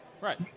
Right